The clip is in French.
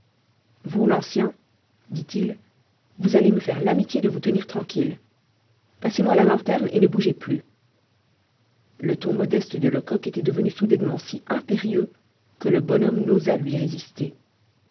vous l'ancien dit-il vous allez me faire l'amitié de vous tenir tranquille passez-moi la lanterne et ne bougez plus le ton modeste de lecoq était devenu soudainement si impérieux que le bonhomme n'osa lui résister